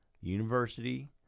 University